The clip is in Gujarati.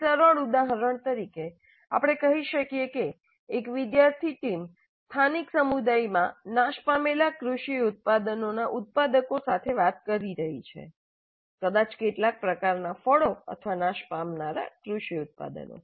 એક સરળ ઉદાહરણ તરીકે આપણે કહી શકીએ કે એક વિદ્યાર્થી ટીમ સ્થાનિક સમુદાયમાં નાશ પામેલા કૃષિ ઉત્પાદનોના ઉત્પાદકો સાથે વાતચીત કરી રહી છે કદાચ કેટલાક પ્રકારના ફળો અથવા નાશ પામનારા કૃષિ ઉત્પાદનો